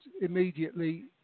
immediately